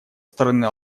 стороны